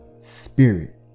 Spirit